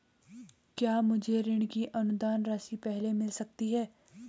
क्या मुझे ऋण की अनुदान राशि पहले मिल सकती है?